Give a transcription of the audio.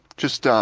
just, ah